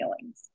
feelings